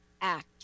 act